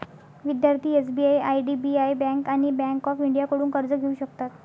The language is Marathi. विद्यार्थी एस.बी.आय आय.डी.बी.आय बँक आणि बँक ऑफ इंडियाकडून कर्ज घेऊ शकतात